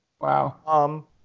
Wow